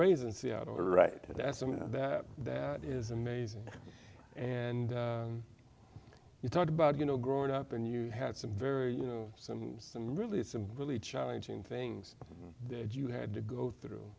raised in seattle right and that's something that is amazing and you talk about you know growing up and you had some very you know some and really some really challenging things that you had to go through